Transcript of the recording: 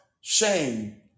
shame